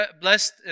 blessed